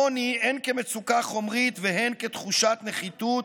העוני, הן כמצוקה חומרית והן כתחושת נחיתות,